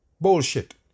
bullshit